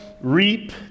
reap